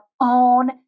own